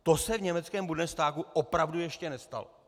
To se v německém Bundestagu opravdu ještě nestalo.